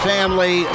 Family